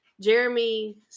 Jeremy